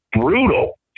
brutal